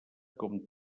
com